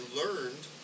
learned